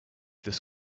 this